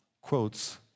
quotes